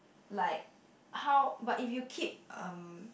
like how but if you keep um